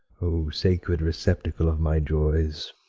o sacred receptacle of my joys,